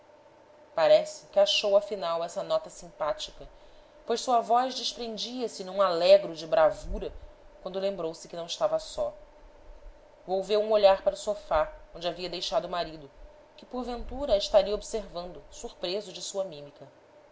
parece que achou afinal essa nota simpática pois sua voz desprendia-se num alegro de bravura quando lembrou-se que não estava só volveu um olhar para o sofá onde havia deixado o marido que porventura a estaria observando surpreso de sua mímica